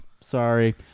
Sorry